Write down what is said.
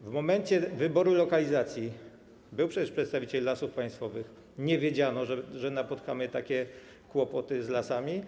w momencie wyboru lokalizacji - był przecież przedstawiciel Lasów Państwowych - nie wiedziano, że napotkamy takie kłopoty z Lasami?